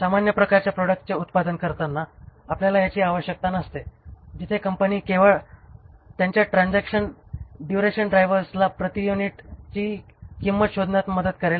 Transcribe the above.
सामान्य प्रकारच्या प्रोडक्ट्चे उत्पादन करताना आपल्याला याची आवश्यकता नसते जिथे कंपनी केवळ त्यांच्या ट्रान्झॅक्शनल ड्युरेशन ड्रायव्हर्सना प्रति युनिटची किंमत शोधण्यात मदत करेल